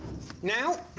now